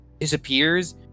disappears